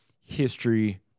history